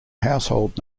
household